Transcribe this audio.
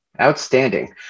Outstanding